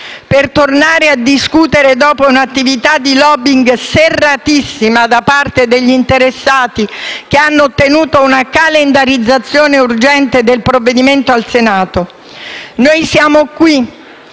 per tornare a discutere dopo un'attività di *lobbying* serratissima da parte degli interessati, che hanno ottenuto una calendarizzazione urgente del provvedimento al Senato. Noi siamo qui